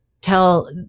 tell